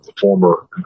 former